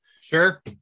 Sure